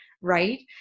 Right